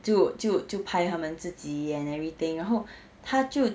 就就就拍他们自己 and everything 然后他就